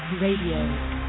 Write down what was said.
Radio